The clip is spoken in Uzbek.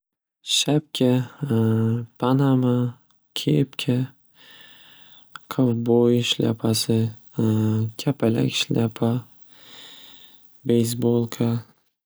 Shapka, panama, kepka, kowboy shlyapasi, kapalak shlyapa, beysbolka.